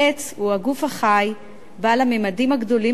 העץ הוא הגוף החי בעל הממדים הגדולים